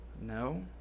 no